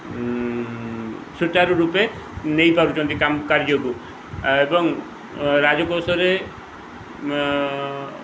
ସୂଚାରୁ ରୂପେ ନେଇପାରୁଛନ୍ତି କାର୍ଯ୍ୟକୁ ଏବଂ ରାଜକୋଶରେ